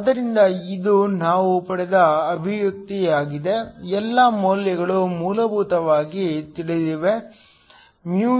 ಆದ್ದರಿಂದ ಇದು ನಾವು ಪಡೆದ ಅಭಿವ್ಯಕ್ತಿಯಾಗಿದೆ ಎಲ್ಲಾ ಮೌಲ್ಯಗಳು ಮೂಲಭೂತವಾಗಿ ತಿಳಿದಿವೆ μe